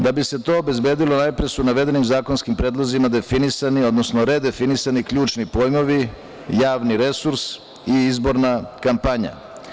Da bi se to obezbedilo, najpre su navedenim zakonskim predlozima definisani, odnosno redefinisani ključni pojmovi javni resurs i izborna kampanja.